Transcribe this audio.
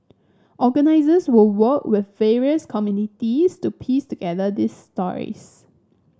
organisers will work with various communities to piece together these stories